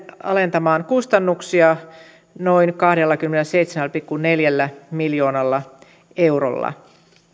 alentamaan kustannuksia noin kahdellakymmenelläseitsemällä pilkku neljällä miljoonalla eurolla